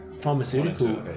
pharmaceutical